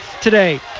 today